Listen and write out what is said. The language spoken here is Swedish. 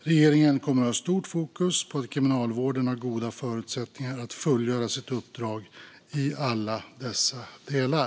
Regeringen kommer att ha stort fokus på att Kriminalvården har goda förutsättningar att fullgöra sitt uppdrag i alla dessa delar.